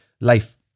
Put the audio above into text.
life